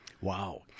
Wow